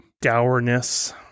Dourness